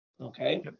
okay